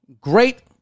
great